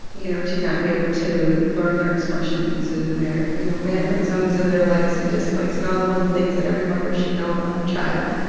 you know, to not be able to learn their expressions and their, you know, mannerisms and their likes and dislikes and all the little things that every mother should know about their child.